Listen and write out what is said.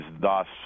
Thus